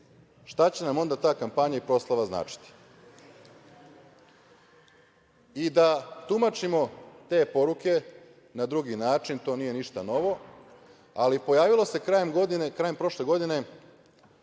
Šta će nam onda ta kampanja i proslava značiti?I da tumačimo te poruke na drugi način, to nije ništa novo, ali pojavilo se krajem godine,